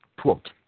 Quote